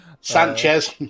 Sanchez